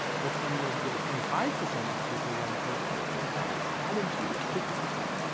where twenty years ago twenty five percent of people were in favor of this, and now it's one in two, it's fifty percent.